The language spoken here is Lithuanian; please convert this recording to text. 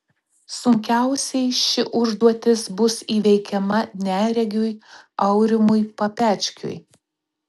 sunkiausiai ši užduotis bus įveikiama neregiui aurimui papečkiui